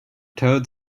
toad